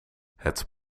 het